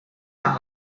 der